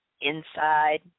inside